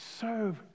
serve